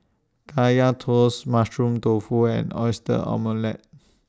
Kaya Toast Mushroom Tofu and Oyster Omelette